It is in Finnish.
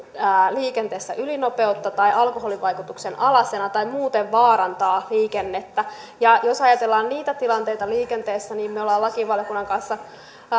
liikenteessä ylinopeutta tai alkoholin vaikutuksen alaisena tai muuten vaarantaa liikennettä ja jos ajatellaan niitä tilanteita liikenteessä niin me olemme lakivaliokunnan kanssa